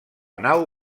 nau